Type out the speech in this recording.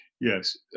Yes